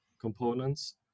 components